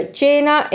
cena